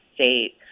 state